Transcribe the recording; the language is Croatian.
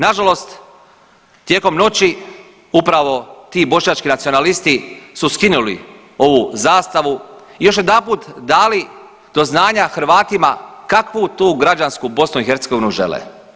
Nažalost tijekom noći upravo ti bošnjački nacionalisti su skinuli ovu zastavu i još jedanput dali do znanja Hrvatima kakvu tu građansku BiH žele.